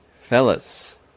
fellas